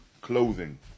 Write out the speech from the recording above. clothing